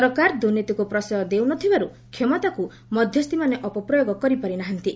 ସରକାର ଦୁର୍ନୀତିକୁ ପ୍ରଶ୍ରୟ ଦେଉ ନ ଥିବାରୁ କ୍ଷମତାକୁ ମଧ୍ୟସ୍ଥିମାନେ ଅପପ୍ରୟୋଗ କରିପାରି ନାହାନ୍ତି